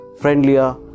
friendlier